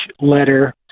letter